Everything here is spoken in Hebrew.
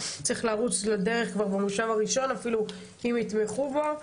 צריך לרוץ לדרך כבר במושב הראשון אפילו אם יתמכו בו,